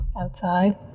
outside